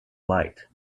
light